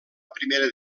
primera